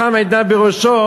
והחכם עיניו בראשו,